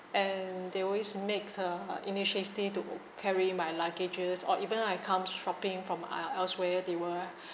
and they always make the initiative to o~ carry my luggages or even I comes shopping from else~ elsewhere they were